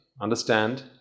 understand